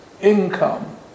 income